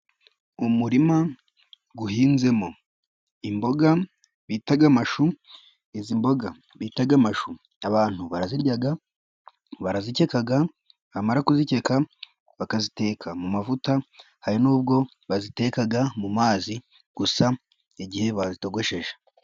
Mu murima uhinzemo imboga bita amashu, izi mboga bita amashu abantu barazirya, barazikeka, bamara kuzikeka bakaziteka mu mavuta, hari nubwo baziteka mu mazi gusa igihe bazitogosheje.